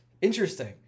Interesting